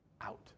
out